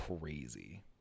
crazy